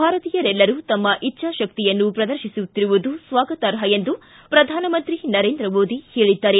ಭಾರತೀಯರೆಲ್ಲರೂ ತಮ್ಮ ಇಚ್ಚಾ ಶಕ್ತಿಯನ್ನು ಪ್ರದರ್ಶಿಸುತ್ತಿರುವುದು ಸ್ವಾಗತಾರ್ಪ ಎಂದು ಪ್ರಧಾನಮಂತ್ರಿ ನರೇಂದ್ರ ಮೋದಿ ಹೇಳಿದ್ದಾರೆ